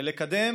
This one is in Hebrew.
ולקדם